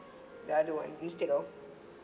the other one instead of